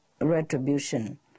retribution